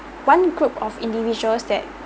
one group of individuals that